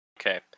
Okay